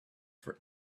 for